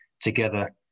together